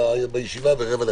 בישיבה ב-10:45.